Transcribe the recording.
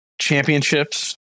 championships